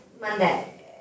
Monday